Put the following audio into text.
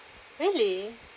really